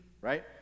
Right